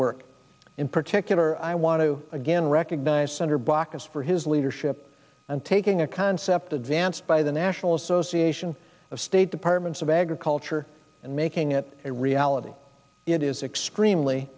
work in particular i want to again recognize senator baucus for his leadership and taking a concept advanced by the national association of state departments of agriculture and making it a reality it is extremely